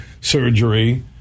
surgery